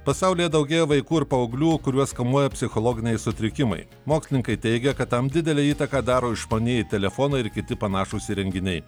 pasaulyje daugėja vaikų ir paauglių kuriuos kamuoja psichologiniai sutrikimai mokslininkai teigia kad tam didelę įtaką daro išmanieji telefonai ir kiti panašūs įrenginiai